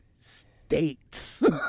States